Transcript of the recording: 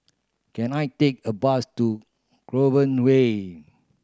can I take a bus to Clover Way